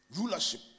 Rulership